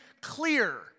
clear